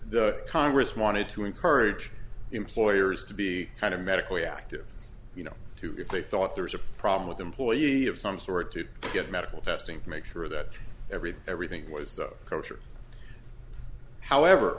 the congress wanted to encourage employers to be kind of medically active you know to if they thought there was a problem with employee of some sort to get medical testing to make sure that everything everything was so culture however